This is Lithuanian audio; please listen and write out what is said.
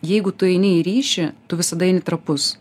jeigu tu eini į ryšį tu visada eini trapus